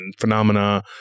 phenomena